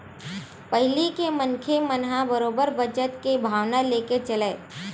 पहिली के मनखे मन ह बरोबर बचत के भावना लेके चलय